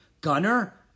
Gunner